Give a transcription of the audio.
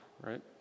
right